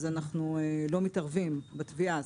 אנחנו לא מתערבים בתביעה.